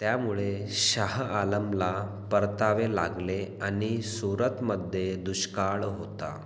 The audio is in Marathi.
त्यामुळे शाह आलमला परतावे लागले आणि सुरतमध्ये दुष्काळ होता